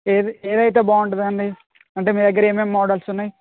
ఏది ఏదైతే బాగుంటుంది అండి అంటే మీ దగ్గర ఏమేమి మోడల్స్ ఉన్నాయి